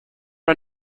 are